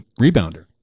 rebounder